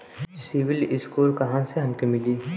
CIBIL score कहाँसे हमके मिली?